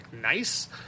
nice